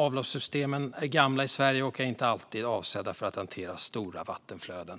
Avloppssystemen i Sverige är gamla och inte alltid avsedda för att hantera stora vattenflöden.